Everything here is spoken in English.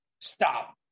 stop